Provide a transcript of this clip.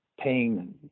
paying